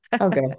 Okay